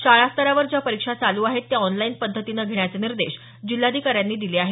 शाळास्तरावर ज्या परीक्षा चालू आहेत त्या ऑनलाईन पद्धतीनं घेण्याचे निर्देश जिल्हाधिकाऱ्यांनी दिले आहेत